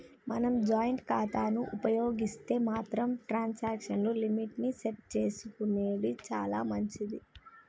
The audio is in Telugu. మనం జాయింట్ ఖాతాను ఉపయోగిస్తే మాత్రం ట్రాన్సాక్షన్ లిమిట్ ని సెట్ చేసుకునెడు చాలా మంచిది